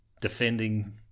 Defending